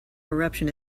eruption